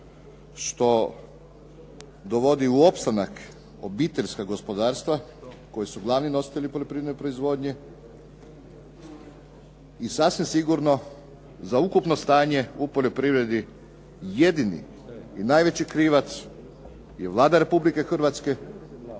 što dovodi u opstanak obiteljska gospodarstva koji su glavni nositelji poljoprivredne proizvodnje i sasvim sigurno za ukupno stanje u poljoprivredi jedini i najveći krivac je Vlada Republike Hrvatske